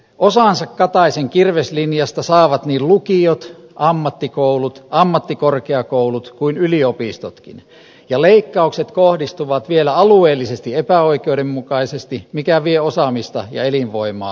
osansa kataisen kirveslinjasta saavat niin lukiot ammattikoulut ammattikorkeakoulut kuin yliopistotkin ja leikkaukset kohdistuvat vielä alueellisesti epäoikeudenmukaisesti mikä vie osaamista ja elinvoimaa alueilta